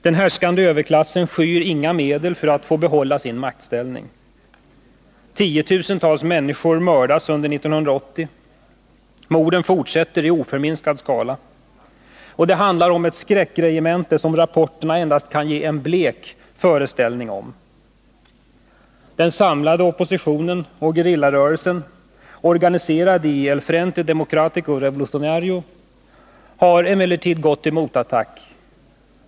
Den härskande överklassen skyr inga medel för att få behålla sin maktställning. Tiotusentals människor mördades under 1980. Morden fortsätter i oförminskad skala. Det handlar om ett skräckregemente som rapporterna endast kan ge en blek föreställning om. Den samlade oppositionen och gerillarörelsen, organiserade i El Frente Democratico Revolucionario, har emellertid gått till motattack.